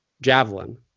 javelin